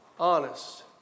honest